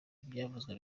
ibyavuzwe